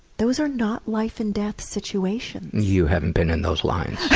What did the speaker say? those are not life-and-death situations. you haven't been in those lines.